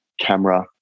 camera